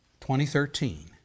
2013